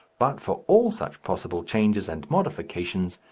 but, for all such possible changes and modifications,